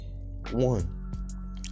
One